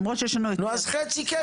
נו אז חצי כסף.